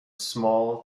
small